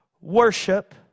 worship